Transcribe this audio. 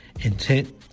intent